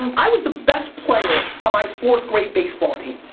and i was the best player on my fourth-grade baseball team.